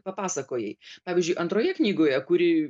papasakojai pavyzdžiui antroje knygoje kuri